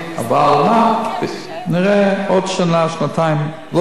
אבל נראה עוד שנה-שנתיים, לא עוד שנה,